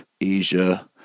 Asia